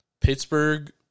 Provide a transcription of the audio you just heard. Pittsburgh